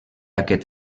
aquest